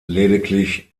lediglich